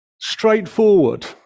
straightforward